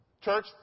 Church